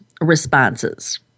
responses